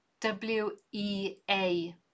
w-e-a